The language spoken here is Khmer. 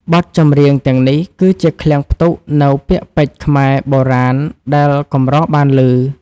បទចម្រៀងទាំងនេះ គឺជាឃ្លាំងផ្ទុកនូវពាក្យពេចន៍ខ្មែរបុរាណដែលកម្របានឮ។